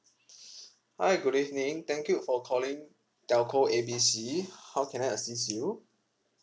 hi good evening thank you for calling telco A B C how can I assist you